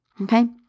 Okay